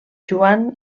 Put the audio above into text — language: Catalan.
joan